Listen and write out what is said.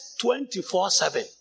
24-7